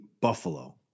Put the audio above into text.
Buffalo